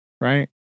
Right